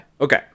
Okay